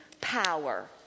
power